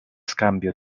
scambio